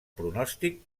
pronòstic